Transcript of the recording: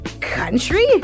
country